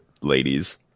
ladies